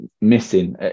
missing